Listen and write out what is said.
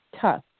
tough